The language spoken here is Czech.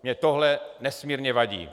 Mně tohle nesmírně vadí.